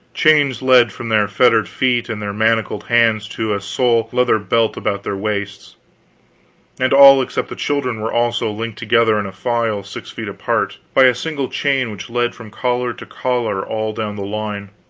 chains led from their fettered feet and their manacled hands to a sole-leather belt about their waists and all except the children were also linked together in a file six feet apart, by a single chain which led from collar to collar all down the line.